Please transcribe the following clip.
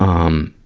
um,